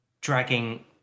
dragging